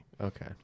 okay